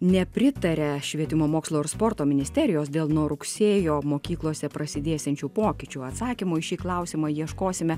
nepritarė švietimo mokslo ir sporto ministerijos dėl nuo rugsėjo mokyklose prasidėsiančių pokyčių atsakymo į šį klausimą ieškosime